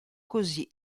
così